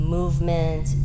movement